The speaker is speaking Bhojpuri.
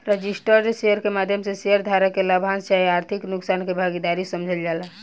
रजिस्टर्ड शेयर के माध्यम से शेयर धारक के लाभांश चाहे आर्थिक नुकसान के भागीदार समझल जाला